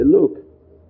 Look